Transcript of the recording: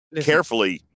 carefully